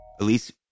elise